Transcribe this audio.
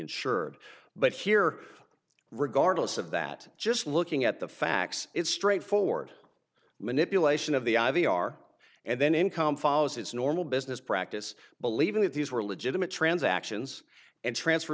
insured but here regardless of that just looking at the facts it's straightforward manipulation of the i v r and then income follows its normal business practice believing that these were legitimate transactions and transfer